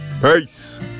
Peace